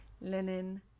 linen